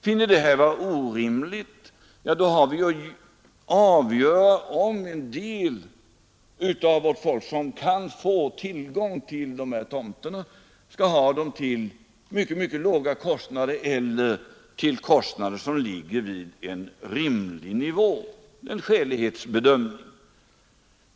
Finner vi dessa principer vara orimliga, har vi att avgöra om de av vårt folk som kan få tillgång till sådana tomter skall få köpa dem till mycket låga priser eller till priser som ligger på en skälig nivå — det är en skälighetsbedömning.